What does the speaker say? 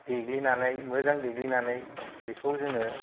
देग्लिनानै मोजां देग्लिनानै बेखौ जोङो